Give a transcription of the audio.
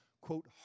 quote